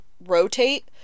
rotate